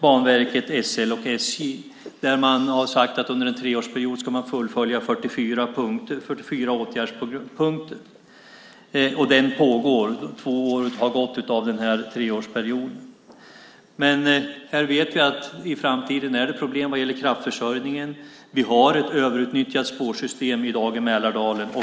Banverket, SL och SJ kommer in. Man har sagt att man under en treårsperiod ska fullfölja 44 åtgärdspunkter. Detta pågår. Två år av denna treårsperiod har gått. Vi vet att det i framtiden kommer att vara problem med kraftförsörjningen. Spårsystemet i Mälardalen är i dag överutnyttjat.